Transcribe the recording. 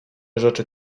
rzeczy